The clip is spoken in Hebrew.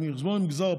על חשבון המגזר הפרטי.